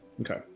Okay